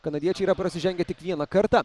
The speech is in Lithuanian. kanadiečiai yra prasižengę tik vieną kartą